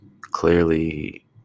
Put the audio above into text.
clearly